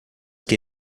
que